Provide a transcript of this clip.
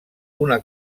una